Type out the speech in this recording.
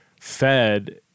fed